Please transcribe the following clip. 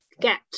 get